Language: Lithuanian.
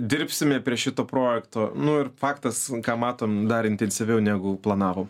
dirbsim prie šito projekto nu ir faktas ką matom dar intensyviau negu planavom